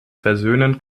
versöhnen